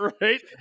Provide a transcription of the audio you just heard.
right